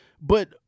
But-